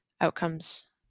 outcomes